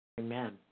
Amen